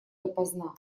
допоздна